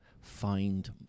find